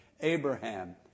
Abraham